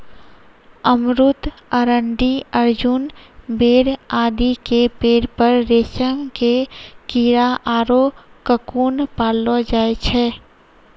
अमरूद, अरंडी, अर्जुन, बेर आदि के पेड़ पर रेशम के कीड़ा आरो ककून पाललो जाय छै